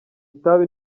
itabi